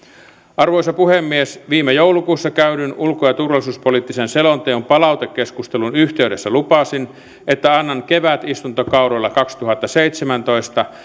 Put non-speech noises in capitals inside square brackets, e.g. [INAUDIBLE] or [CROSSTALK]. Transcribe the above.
arvoisa puhemies viime joulukuussa käydyn ulko ja turvallisuuspoliittisen selonteon palautekeskustelun yhteydessä lupasin että annan kevätistuntokaudella kaksituhattaseitsemäntoista [UNINTELLIGIBLE]